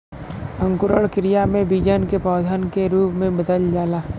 अंकुरण क्रिया में बीजन के पौधन के रूप में बदल जाला